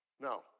Now